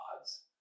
odds